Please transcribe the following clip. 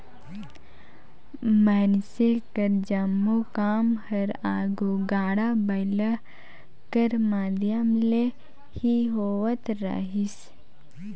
मइनसे कर जम्मो काम हर आघु गाड़ा बइला कर माध्यम ले ही होवत रहिस